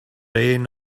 rain